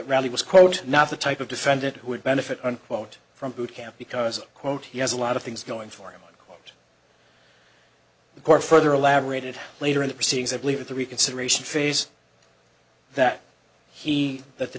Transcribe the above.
rally was quote not the type of defendant who would benefit unquote from boot camp because quote he has a lot of things going for him but the court further elaborated later in the proceedings i believe that the reconsideration phase that he that the